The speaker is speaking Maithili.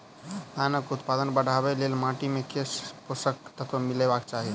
धानक उत्पादन बढ़ाबै लेल माटि मे केँ पोसक तत्व मिलेबाक चाहि?